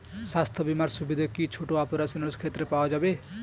স্বাস্থ্য বীমার সুবিধে কি ছোট অপারেশনের ক্ষেত্রে পাওয়া যাবে?